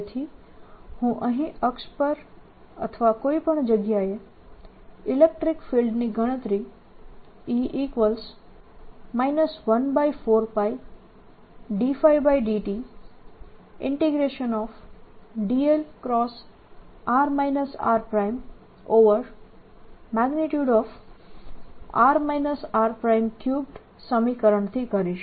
તેથી હું અહીં અક્ષ પર અથવા કોઈ પણ જગ્યાએ ઇલેક્ટ્રીક ફિલ્ડની ગણતરી rt 14πdϕdtdl×r rr r3 સમીકરણથી કરીશ